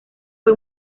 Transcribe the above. fue